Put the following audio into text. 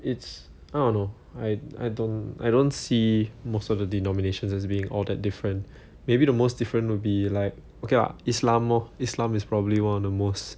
it's I don't know I I don't I don't see most of the denominations as being all that different maybe the most different would be like okay lah islam orh islam is probably one of the most